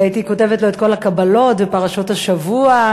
והייתי כותבת לו את כל הקבלות, ופרשות השבוע,